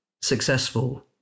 successful